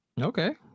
Okay